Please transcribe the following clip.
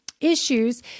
issues